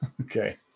Okay